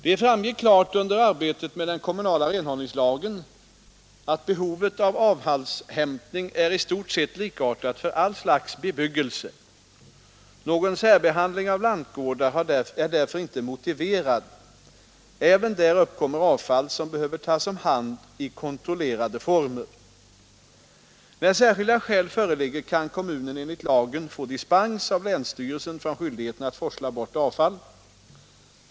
Det framgick klart under arbetet med den kommunala renhållningslagen att behovet av avfallshämtning är i stort sett likartat för all slags bebyggelse. Någon särbehandling av lantgårdar är därför inte motiverad. Även där uppkommer avfall som behöver tas om hand i kontrollerade former. När särskilda skäl föreligger kan kommunen enligt lagen få dispens av länsstyrelsen från skyldigheten att forsla bort avfall.